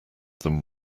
than